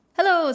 Hello